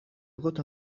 gota